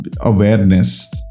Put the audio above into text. awareness